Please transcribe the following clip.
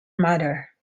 mother